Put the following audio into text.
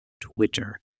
Twitter